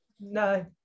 No